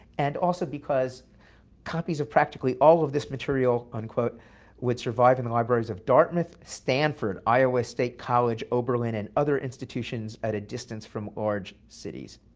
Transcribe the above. and also, because copies of practically all of this material' and would survive in the libraries of dartmouth, stanford, iowa state college, oberlin, and other institutions at a distance from large cities.